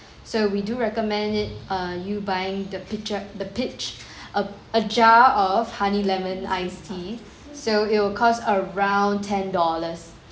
so we do recommend it uh you buying the pitcher the pitch a a jar of honey lemon ice tea so it will cost around ten dollars